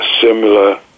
similar